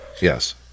Yes